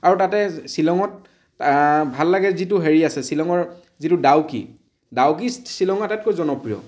আৰু তাতে শ্বিলঙত ভাল লাগে যিটো হেৰি আছে শ্বিলঙৰ যিটো ডাউকি ডাউকি শ্বিলঙৰ আটাইতকৈ জনপ্ৰিয়